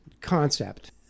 concept